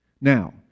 Now